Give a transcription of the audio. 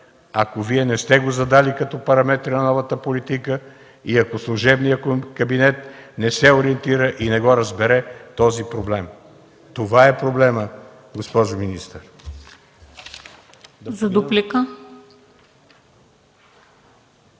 ако Вие не сте го задали като параметри на новата политика и ако служебният кабинет не се ориентира и не разбере този проблем. Това е проблемът, госпожо министър.